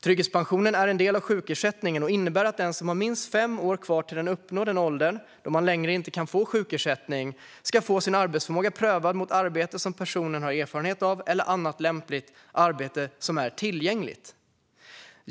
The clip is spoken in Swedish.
Trygghetspensionen är en del av sjukersättningen och innebär att de som har som mest fem år kvar tills de uppnår den ålder då man inte längre kan få sjukersättning ska få sin arbetsförmåga prövad mot arbete som de har erfarenhet av eller annat lämpligt arbete som är tillgängligt.